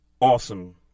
Awesome